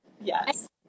Yes